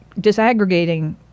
disaggregating